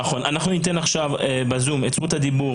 נכון להיום יש שלושה מרכזי קליטה,